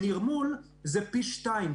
שאם עושים לזה נרמול זה יוצא פי שניים,